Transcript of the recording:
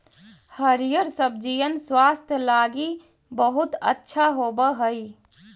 हरिअर सब्जिअन स्वास्थ्य लागी बहुत अच्छा होब हई